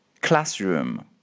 classroom